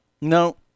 No